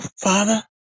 Father